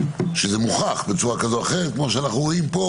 שזה מוכח בצורה כזאת או אחרת כמו שאנחנו רואים פה